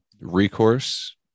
recourse